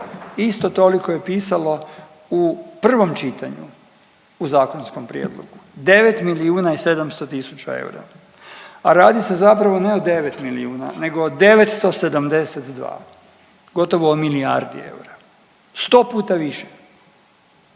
Isto toliko je pisalo u prvom čitanju u zakonskom prijedlogu, 9 milijuna i 700 000 eura, a radi se zapravo ne o 9 milijuna nego o 972. Gotovo o milijardi eura. Sto puta više.